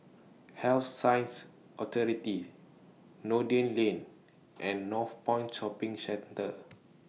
Health Sciences Authority Noordin Lane and Northpoint Shopping Centre